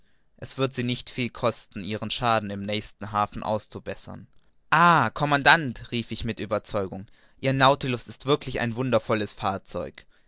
es wird sie nicht viel kosten ihren schaden im nächsten hafen auszubessern ah commandant rief ich mit ueberzeugung ihr nautilus ist wirklich ein wundervolles fahrzeug